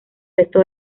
resto